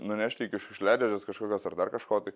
nunešti iki šiukšliadėžės kažkokios ar dar kažko tai